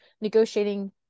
negotiating